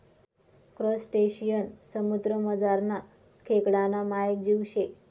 crustacean समुद्रमझारना खेकडाना मायेक जीव शे